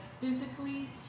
physically